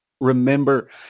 remember